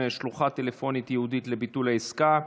שלוחה טלפונית ייעודית לביטול עסקה),